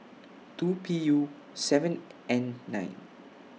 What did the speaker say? two P U seven N nine